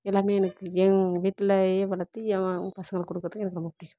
எல்லாமே எனக்கு என் வீட்டிலேயே வளர்த்து ஏ பசங்களுக்கு கொடுக்கறதுக்கு எனக்கு ரொம்ப பிடிக்கும்